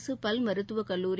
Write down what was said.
அரசு பல் மருத்துவக் கல்லூரி